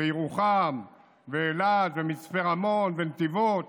ירוחם, אילת, מצפה רמון, נתיבות,